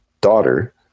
daughter